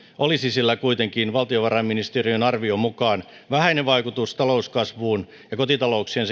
olisi sillä kuitenkin valtiovarainministeriön arvion mukaan vähäinen vaikutus talouskasvuun sekä kotitalouksien